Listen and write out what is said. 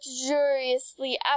luxuriously